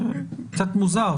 קצת מוזר.